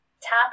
tap